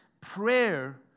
Prayer